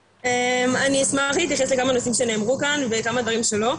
אני אשמח להתייחס לכמה נושאים שנאמרו כאן וכמה דברים שלא.